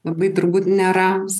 labai turbūt nėra